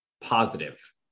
positive